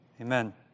Amen